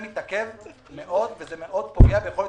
כבוד היושב-ראש,